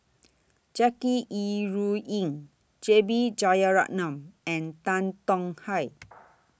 Jackie Yi Ru Ying J B Jeyaretnam and Tan Tong Hye